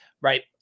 right